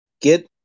get